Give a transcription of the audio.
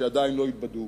שעדיין לא התבדו,